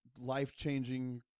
life-changing